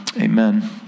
amen